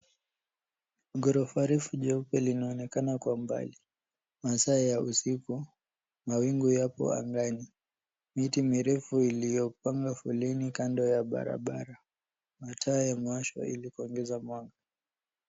Ghorofa refu jeupe linaonekana kwa umbali masaa ya usiku. Mawingu yapo angani. Miti mirefu iliyopanga foleni kando ya barabara. Mataa yamewashwa ili kuongeza mwanga.